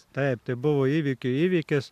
taip tai buvo įvykių įvykis